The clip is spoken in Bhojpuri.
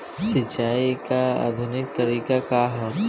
सिंचाई क आधुनिक तरीका का ह?